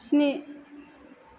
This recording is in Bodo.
स्नि